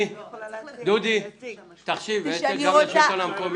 תעביר את התחשיב גם לשלטון המקומי.